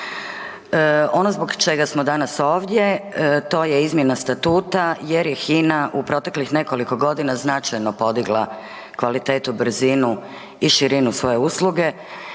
Ono zbog čega smo danas ovdje, to je izmjena statuta jer je HINA u proteklih nekoliko godina značajno podigla kvalitetu, brzinu i širinu svoje usluge